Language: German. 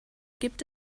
gibt